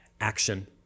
action